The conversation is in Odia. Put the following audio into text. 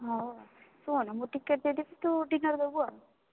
ହଉ ଶୁଣୁ ମୁଁ ଟିକେଟ୍ ଦେଇ ଦେବି ତୁ ଡିନର୍ ଦେବୁ ଆଉ